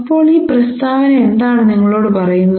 അപ്പോൾ ഈ പ്രസ്താവന എന്താണ് നിങ്ങളോടു പറയുന്നത്